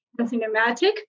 cinematic